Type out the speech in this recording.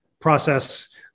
process